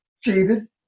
cheated